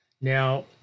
Now